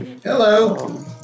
Hello